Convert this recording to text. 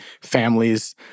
families